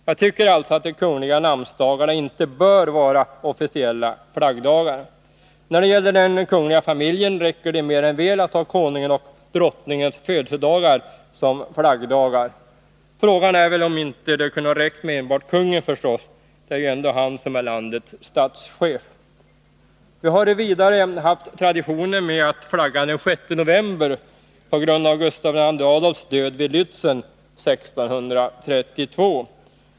Jag tycker alltså att de kungliga namnsdagarna inte bör vara officiella flaggdagar. När det gäller den kungliga Nr 121 familjen räcker det mer än väl att ha konungens och drottningens Torsdagen den födelsedagar som flaggdagar. Frågan är väl om det inte kunde ha räckt med = 15 april 1982 enbart kungens födelsedag — det är ju ändå han som är landets statschef. — Vi har vidare haft traditionen att flagga den 6 november på grund av = Sveriges riksvapen Gustav II Adolfs död vid Lätzen 1632.